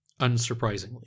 Unsurprisingly